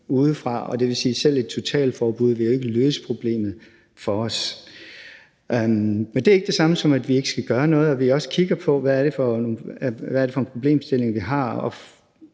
udefra. Og det vil sige, at selv et totalforbud jo ikke vil løse problemet for os. Men det er ikke det samme, som at vi ikke skal gøre noget, og vi kigger også på, hvad det er for en problemstilling, vi har.